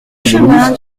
chemin